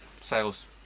sales